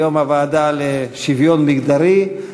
היום הוועדה לשוויון מגדרי,